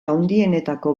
handienetako